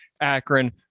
Akron